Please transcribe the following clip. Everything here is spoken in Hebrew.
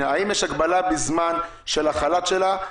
יותר ממוקדת: האם יש הגבלה בזמן של החל"ת שלה,